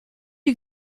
you